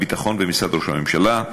משרד הביטחון ומשרד ראש הממשלה.